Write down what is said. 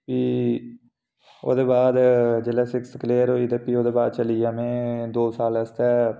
भी ओह्दे बाद जेल्लै सिक्स क्लेयर होई ते भी चली गेआ में दो साल आस्तै